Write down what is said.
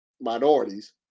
minorities